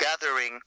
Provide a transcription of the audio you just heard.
Gathering